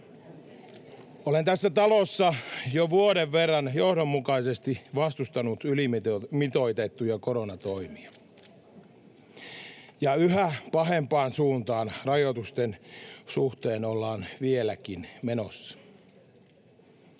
Olen tässä talossa jo vuoden verran johdonmukaisesti vastustanut ylimitoitettuja koronatoimia, ja yhä pahempaan suuntaan rajoitusten suhteen ollaan vieläkin menossa.